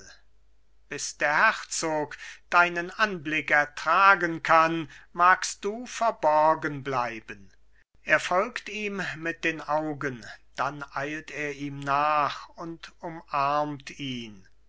bis der herzog deinen anblick ertragen kann magst du verborgen bleiben er folgt ihm mit den augen dann eilt er ihm nach und umarmt ihn